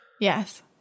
Yes